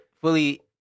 fully